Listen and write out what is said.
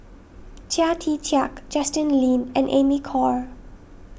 Chia Tee Chiak Justin Lean and Amy Khor